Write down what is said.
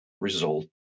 result